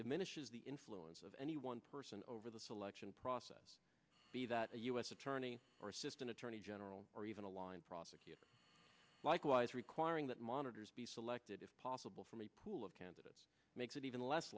diminishes the influence of any one person over the selection process be that a u s attorney or assistant attorney general or even a line prosecutor likewise requiring that monitors be selected if possible from a pool of candidates makes it even less